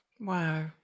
Wow